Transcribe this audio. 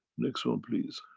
next one please.